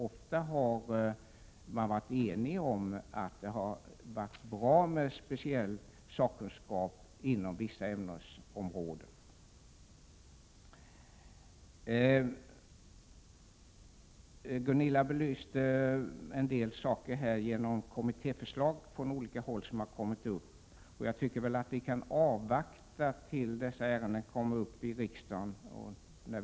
Ofta har man varit överens om att det har varit bra med speciell sakkunskap inom vissa ämnesområden. Gunilla André belyste en del saker som kommit upp från olika håll genom kommittéförslag. Jag tycker man bör avvakta till dess ärendena kommit fram till riksdagsbehandling.